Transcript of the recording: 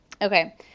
Okay